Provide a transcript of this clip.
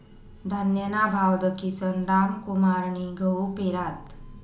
धान्यना भाव दखीसन रामकुमारनी गहू पेरात